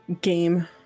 game